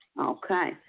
Okay